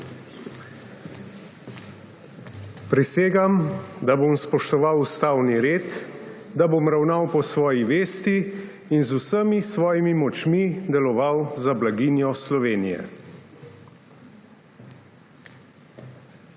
Prisegam, da bom spoštovala ustavni red, da bom ravnala po svoji vesti in z vsemi svojimi močmi delovala za blaginjo Slovenije.